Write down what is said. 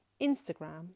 Instagram